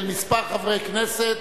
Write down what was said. של כמה חברי כנסת,